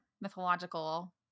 mythological